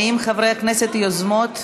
האם חברות הכנסת היוזמות,